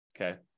Okay